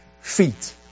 feet